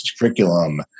curriculum